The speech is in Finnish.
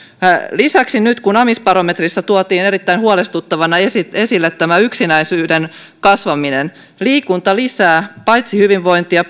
lisäksi nyt kun amisbarometrissä tuotiin erittäin huolestuttavana esille yksinäisyyden kasvaminen liikunta lisää paitsi hyvinvointia